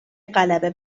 غلبه